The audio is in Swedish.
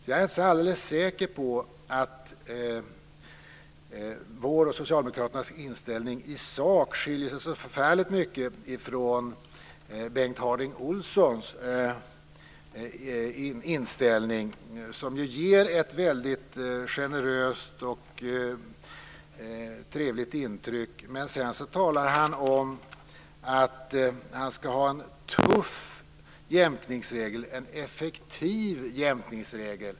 Jag är inte så alldeles säker på att vår och socialdemokraternas inställning i sak skiljer sig så förfärligt mycket ifrån Bengt Harding Olsons inställning, som ju ger ett väldigt generöst och trevligt intryck. Sedan talar Bengt Harding Olson om att han vill ha en tuff och effektiv jämkningsregel.